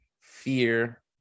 fear